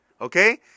okay